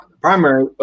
primary